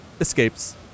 escapes